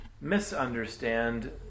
misunderstand